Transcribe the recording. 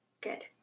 Good